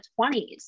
20s